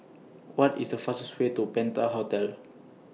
What IS The fastest Way to Penta Hotel